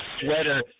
sweater